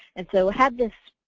and so had this